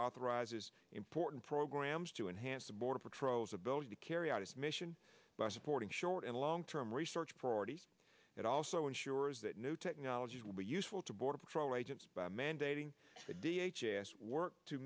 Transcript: authorizes important programs to enhance the border patrol's ability carry out its mission by supporting short and long term research priorities it also ensures that new technologies will be useful to border patrol agents by mandating work to